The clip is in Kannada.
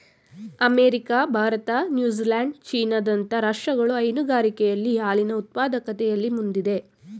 ಅಮೆರಿಕ, ಭಾರತ, ನ್ಯೂಜಿಲ್ಯಾಂಡ್, ಚೀನಾ ದಂತ ರಾಷ್ಟ್ರಗಳು ಹೈನುಗಾರಿಕೆಯಲ್ಲಿ ಹಾಲಿನ ಉತ್ಪಾದಕತೆಯಲ್ಲಿ ಮುಂದಿದೆ